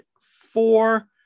four